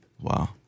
wow